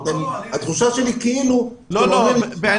התחושה שלי שאתה אומר לי: עופר,